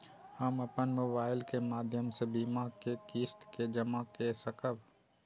हम अपन मोबाइल के माध्यम से बीमा के किस्त के जमा कै सकब?